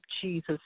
Jesus